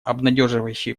обнадеживающие